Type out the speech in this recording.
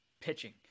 pitching